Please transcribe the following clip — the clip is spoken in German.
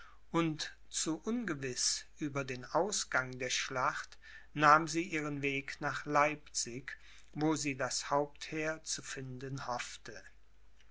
und zu ungewiß über den ausgang der schlacht nahm sie ihren weg nach leipzig wo sie das hauptheer zu finden hoffte